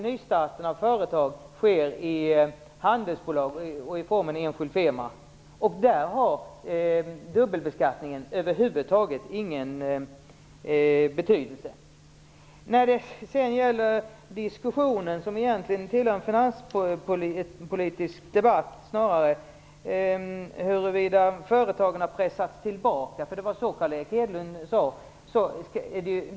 Nystart av företag sker i handelsbolag och i formen enskild firma. Där har dubbelbeskattningen över huvud taget ingen betydelse. Diskussionen om huruvida företagen har pressats tillbaka hör snarare hemma i en finanspolitisk debatt, men det var så Carl Erik Hedlund sade.